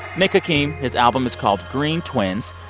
nick hakim, his album is called green twins.